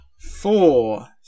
four